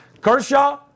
Kershaw